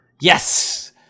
Yes